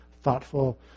thoughtful